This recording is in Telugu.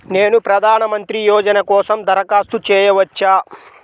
నేను ప్రధాన మంత్రి యోజన కోసం దరఖాస్తు చేయవచ్చా?